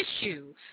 issue